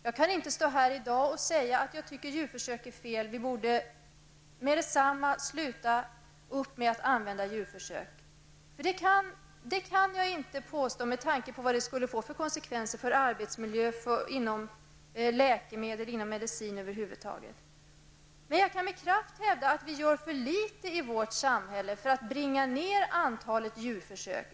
Jag kan ju inte stå här och säga att jag tycker att det är fel att djurförsök förekommer och att vi omedelbart borde upphöra med dessa. Det kan jag inte påstå, med tanke på konsekvenserna för arbetsmiljön inom läkemedelsområdet, ja, på medicinområdet över huvud taget. Däremot kan jag med kraft hävda att det görs för litet i vårt samhälle när det gäller att bringa ned antalet djurförsök.